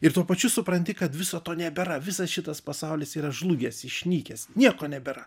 ir tuo pačiu supranti kad viso to nebėra visas šitas pasaulis yra žlugęs išnykęs nieko nebėra